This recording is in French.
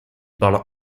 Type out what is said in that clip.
parle